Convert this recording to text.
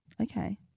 Okay